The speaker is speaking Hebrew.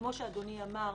כמו שאדוני אמר,